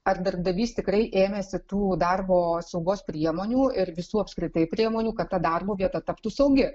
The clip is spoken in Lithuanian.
ar darbdavys tikrai ėmėsi tų darbo saugos priemonių ir visų apskritai priemonių kad ta darbo vieta taptų saugi